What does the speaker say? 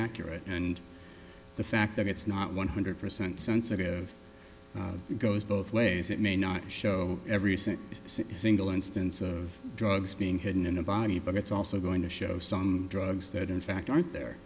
accurate and the fact that it's not one hundred percent sensitive it goes both ways it may not show every cent single instance of drugs being hidden in a body but it's also going to show some drugs that in fact aren't there